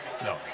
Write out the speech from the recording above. No